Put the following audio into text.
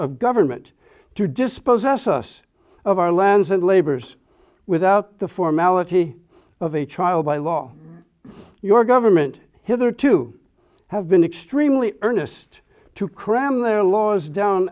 of government to dispose us us of our lands and labors without the formality of a trial by law your government hither to have been extremely earnest to cram their laws down